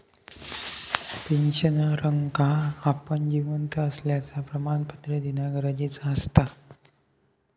पेंशनरका आपण जिवंत असल्याचा प्रमाणपत्र देना गरजेचा असता